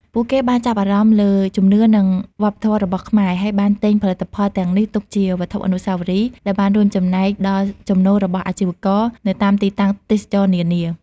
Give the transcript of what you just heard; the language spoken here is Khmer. ពួកគេបានចាប់អារម្មណ៍លើជំនឿ និងវប្បធម៌របស់ខ្មែរ ហើយបានទិញផលិតផលទាំងនេះទុកជាវត្ថុអនុស្សាវរីយ៍ ដែលបានរួមចំណែកដល់ចំណូលរបស់អាជីវករនៅតាមទីតាំងទេសចរណ៍នានា។